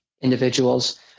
individuals